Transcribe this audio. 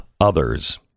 others